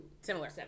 Similar